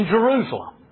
Jerusalem